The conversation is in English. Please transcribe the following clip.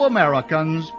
Americans